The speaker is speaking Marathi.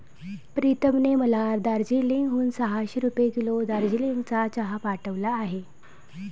प्रीतमने मला दार्जिलिंग हून सहाशे रुपये किलो दार्जिलिंगचा चहा पाठवला आहे